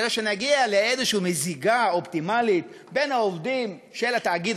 כדי שנגיע לאיזו מזיגה אופטימלית בין העובדים של התאגיד